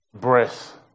Breath